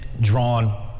drawn